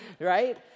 right